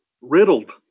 riddled